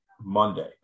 Monday